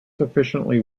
sufficiently